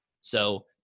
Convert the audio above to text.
So-